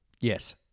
Yes